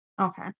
Okay